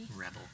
Rebel